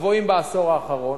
הגבוהות בעשור האחרון.